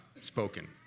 spoken